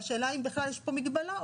והשאלה אם בכלל יש פה מגבלה,